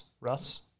Russ